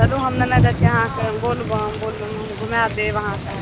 चलू हम नेने जाइ छी अहाँके बोलबम बोलबम हम घूमाय देब अहाँके